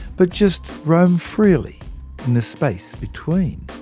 but just roam freely in space between.